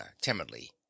timidly